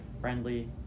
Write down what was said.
friendly